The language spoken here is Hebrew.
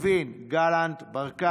מירי רגב, יריב לוין, יואב גלנט, ניר ברקת,